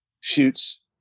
Shoots